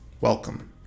welcome